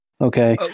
Okay